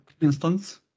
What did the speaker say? instance